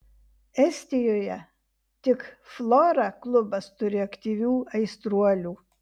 estijoje tik flora klubas turi aktyvių aistruolių